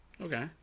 Okay